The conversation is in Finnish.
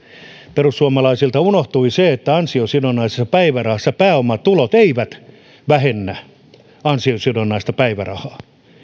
perussuomalaisilta unohtui se että ansiosidonnaisessa päivärahassa pääomatulot eivät vähennä ansiosidonnaista päivärahaa